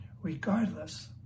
regardless